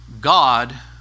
God